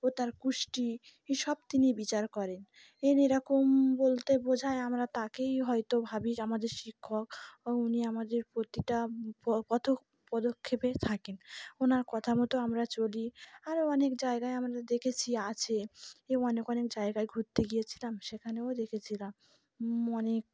ও তার কুষ্টি এসব তিনি বিচার করেন এ এরকম বলতে বোঝায় আমরা তাকেই হয়তো ভাবি আমাদের শিক্ষক ও উনি আমাদের প্রতিটা পথ পদক্ষেপে থাকেন ওনার কথা মতো আমরা চলি আরও অনেক জায়গায় আমাদের দেখেছি আছে এ অনেক অনেক জায়গায় ঘুরতে গিয়েছিলাম সেখানেও দেখেছিলাম অনেক